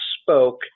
spoke